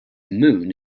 moon